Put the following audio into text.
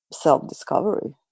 self-discovery